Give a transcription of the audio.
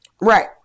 Right